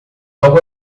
algo